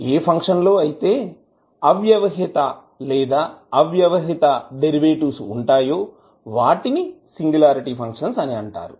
ఏ function లో అయితే అవ్యవహిత లేదా అవ్యవహిత డెరివేటివ్స్ వుంటాయో వాటిని సింగులారిటీ ఫంక్షన్స్ అని అంటారు